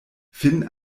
finn